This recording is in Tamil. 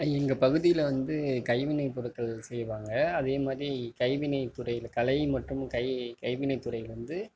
எங்கள் பகுதியில் வந்து கைவினை பொருட்கள் செய்வாங்க அதே மாதிரி கைவினை துறையில் கலை மற்றும் கை கைவினை துறை வந்து